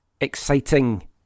exciting